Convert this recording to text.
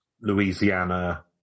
Louisiana